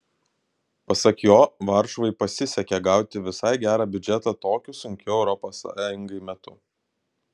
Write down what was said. pasak jo varšuvai pasisekė gauti visai gerą biudžetą tokiu sunkiu europos sąjungai metu